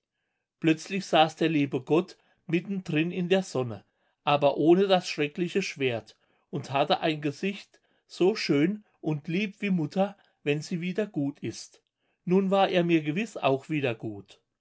plötzlich saß der liebe gott mitten drin in der sonne aber ohne das schreckliche schwert und hatte ein gesicht so schön und lieb wie mutter wenn sie wieder gut ist nun war er mir gewiß auch wieder gut